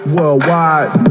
Worldwide